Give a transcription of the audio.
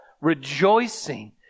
rejoicing